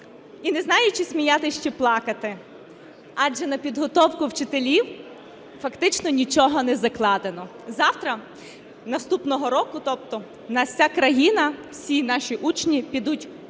і не знаю чи сміятися, чи плакати, адже на підготовку вчителів фактично нічого не закладено. Завтра, наступного року тобто у нас вся країна, всі наші учні підуть в